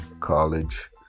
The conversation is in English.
college